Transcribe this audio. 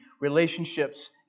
relationships